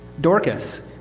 Dorcas